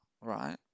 right